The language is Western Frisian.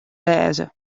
wêze